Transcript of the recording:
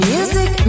Music